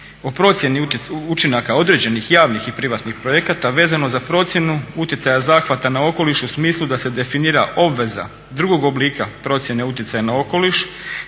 o procjeni učinaka određenih javnih i privatnih projekata vezano za procjenu utjecaja zahvata na okoliš u smislu da se definira obveza drugog oblika procjene utjecaja na okoliš